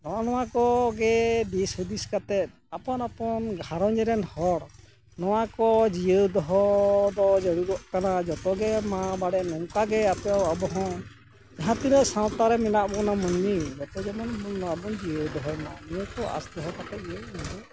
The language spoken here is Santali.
ᱱᱚᱜᱼᱚ ᱱᱚᱣᱟ ᱠᱚᱜᱮ ᱫᱤᱥ ᱦᱩᱫᱤᱥ ᱠᱟᱛᱮᱫ ᱟᱯᱚᱱ ᱟᱯᱚᱱ ᱜᱷᱟᱨᱚᱸᱧᱡᱽ ᱨᱮᱱ ᱦᱚᱲ ᱱᱚᱣᱟ ᱠᱚ ᱡᱤᱭᱟᱹᱣ ᱫᱚᱦᱚ ᱫᱚ ᱡᱟᱹᱨᱩᱲᱚᱜ ᱠᱟᱱᱟ ᱡᱚᱛᱚᱜᱮ ᱢᱟ ᱵᱟᱲᱮ ᱱᱚᱝᱠᱟᱜᱮ ᱟᱯᱮᱦᱚᱸ ᱟᱵᱚᱦᱚᱸ ᱡᱟᱦᱟᱸ ᱛᱤᱱᱟᱹᱜ ᱥᱟᱶᱛᱟ ᱨᱮ ᱢᱮᱱᱟᱜ ᱵᱚᱱᱟ ᱢᱟᱱᱢᱤ ᱡᱚᱛᱚ ᱡᱮᱢᱚᱱ ᱱᱚᱣᱟ ᱵᱚᱱ ᱡᱤᱭᱟᱹᱣ ᱫᱚᱦᱚᱭᱢᱟ ᱱᱤᱭᱟᱹ ᱠᱚ ᱟᱥ ᱫᱚᱦᱚ ᱠᱟᱛᱮᱜ ᱜᱮ ᱤᱧ ᱫᱚ